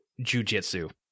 jujitsu